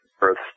earth